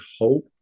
hope